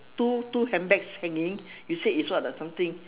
two two handbags hanging you say it's what the something